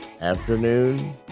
afternoon